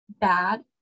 bad